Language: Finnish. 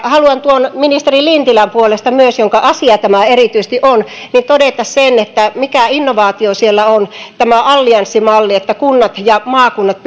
haluan ministeri lintilän puolesta jonka asia tämä erityisesti on myös todeta sen mikä innovaatio siellä on tämä allianssimalli että kunnat ja maakunnat